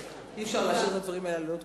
אי-אפשר להשאיר את הדברים האלה ללא תגובה.